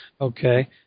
Okay